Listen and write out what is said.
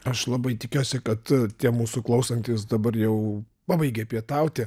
aš labai tikiuosi kad tie mūsų klausantys dabar jau pabaigė pietauti